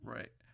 Right